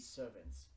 servants